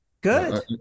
Good